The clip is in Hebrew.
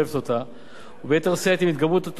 וביתר שאת עם התגברות תופעת הגלובליזציה,